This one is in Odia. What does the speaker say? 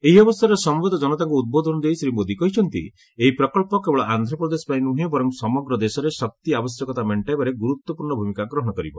ଏହି ଅବସରରେ ସମବେତ ଜନତାଙ୍କ ଉଦ୍ବୋଧନ ଦେଇ ଶ୍ରୀ ମୋଦି କହିଛନ୍ତି ଏହି ପ୍ରକଳ୍ପ କେବଳ ଆନ୍ଧ୍ରପ୍ରଦେଶ ପାଇଁ ନୁହେଁ ବରଂ ସମଗ୍ର ଦେଶରେ ଶକ୍ତି ଆବଶ୍ୟକତା ମେଷ୍ଟାଇବାରେ ଗୁରୁତ୍ୱପୂର୍୍ଣ ଭୂମିକା ଗ୍ରହଣ କରିବ